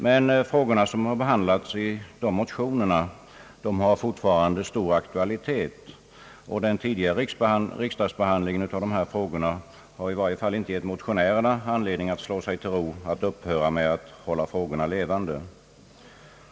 Men frågorna som behandlats i de nämnda motionerna har fortfarande stor aktualitet, och den tidigare riksdagsbehandlingen av dem har i varje fall inte givit motionärerna anledning att slå sig till ro och upphöra med att hålla frågorna levande.